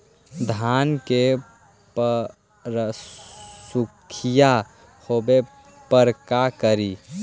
धान मे पत्सुखीया होबे पर का करि?